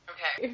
Okay